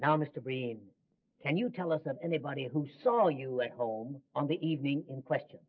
now mr green can you tell us that anybody who saw you left home on the evening in question